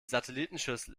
satellitenschüssel